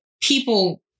people